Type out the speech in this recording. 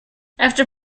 after